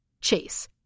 Chase